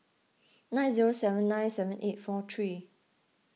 nine zero seven nine seven eight four three